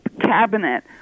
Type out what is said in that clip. cabinet